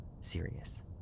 serious